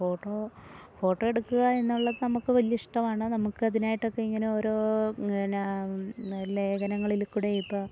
photo ഫോട്ടോയെടുക്കുകയെന്നുള്ളത് നമുക്ക് വലിയ ഇഷ്ടമാണ് നമുക്കതിനായിട്ടൊക്കെ ഇങ്ങനെയോരോ എന്നാൽ ലേഖനങ്ങളിൽ കൂടെയിപ്പം